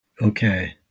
Okay